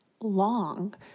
long